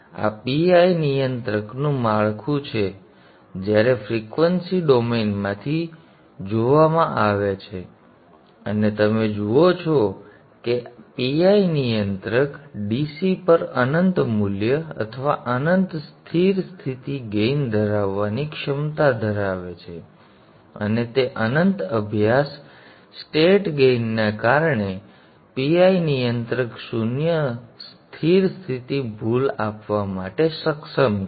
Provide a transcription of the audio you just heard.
તેથી આ PI નિયંત્રકનું માળખું છે જ્યારે ફ્રિક્વન્સી ડોમેઇન માંથી જોવામાં આવે છે અને તમે જુઓ છો કે PI નિયંત્રક DC પર અનંત મૂલ્ય અથવા અનંત સ્થિર સ્થિતિ ગેઇન ધરાવવાની ક્ષમતા ધરાવે છે અને તે અનંત અભ્યાસ સ્ટેટ ગેઇનને કારણે PI નિયંત્રક શૂન્ય સ્થિર સ્થિતિ ભૂલ આપવા માટે સક્ષમ છે